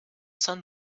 sun